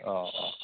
औ औ